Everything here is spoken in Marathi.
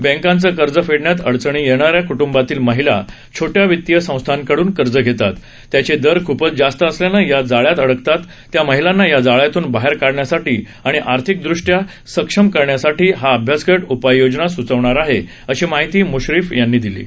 बँकांचं कर्ज फेडण्यात अडचणी येणा या क्ट्ंबातील महिला छोट्या वितीय संस्थांकडून कर्ज घेतात त्याचे दर ख्पच जास्त असल्यानं त्या जाळ्यात अडकत जातात त्या महिलांना या जाळ्यातून बाहेर काढण्यासाठी आणि आर्थिकदृष्ट्या सक्षम करण्यासाठी हा अभ्यासगट उपाय योजना सूचवणार आहे अशी माहिती मुश्रीफ यांनी दिली आहे